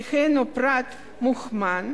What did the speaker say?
שהינו פרט מוכמן,